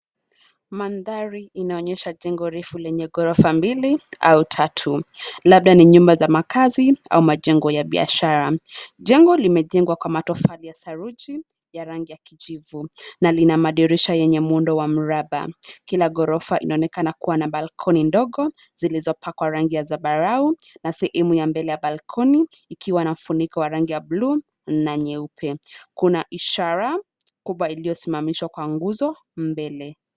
Mandhari inaonyesha jengo refu lenye ghorofa mbili au tatu, labda ni nyumba za makazi au majengo ya biashara, jengo limejengwa kwa matofali ya saruji ya rangi kijivu, na lina madirisha yenye muundo wa mraba, kila ghorofa inaonekana kuwa na balkoni ndogo, zilizopakwa rangi ya zambarau, na sehemu ya mbele ya balkoni, ikiwa na funiko wa rangi ya bluu, na nyeupe, kuna ishara, kubwa iliyosimamishwa kwa nguzo, mbele.